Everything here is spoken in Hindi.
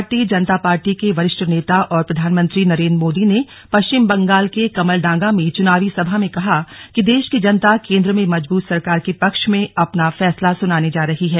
भारतीय जनता पार्टी के वरिष्ठ नेता और प्रधानमंत्री नरेन्द्र मोदी ने पश्चिम बंगाल के कमलडांगा में चुनावी सभा में कहा कि देश की जनता केंद्र में मजबूत सरकार के पक्ष में अपना फैसला सुनाने जा रही है